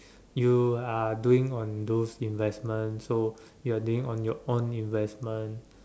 you are doing on those investments so you're doing on your own investments